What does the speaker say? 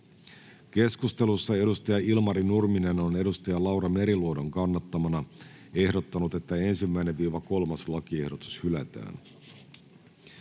Keskustelussa Ilmari Nurminen on Laura Meriluodon kannattamana ehdottanut, että 1.—3. lakiehdotus hylätään.